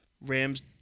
Rams